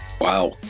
Wow